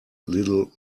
little